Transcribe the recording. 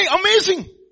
amazing